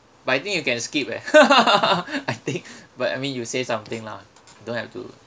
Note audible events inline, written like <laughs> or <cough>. but I think you can skip eh <laughs> I think but I mean you say something lah don't have to